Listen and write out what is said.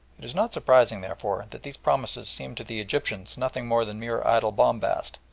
it is not surprising, therefore, that these promises seemed to the egyptians nothing more than mere idle bombast,